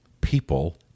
people